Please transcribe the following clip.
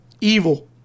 evil